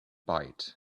byte